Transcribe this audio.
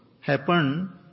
happen